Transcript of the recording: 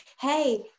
hey